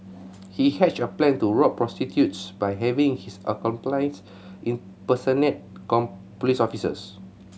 he hatched a plan to rob prostitutes by having his accomplices impersonate police officers